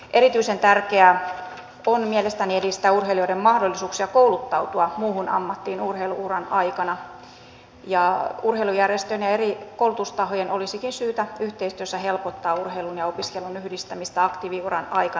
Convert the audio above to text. erityisen tärkeää on mielestäni edistää urheilijoiden mahdollisuuksia kouluttautua muuhun ammattiin urheilu uran aikana ja urheilujärjestöjen ja eri koulutustahojen olisikin syytä yhteistyössä helpottaa urheilun ja opiskelun yhdistämistä aktiiviuran aikana